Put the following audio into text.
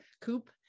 coop